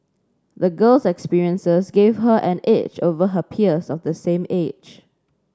the girl's experiences gave her an edge over her peers of the same age